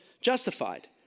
justified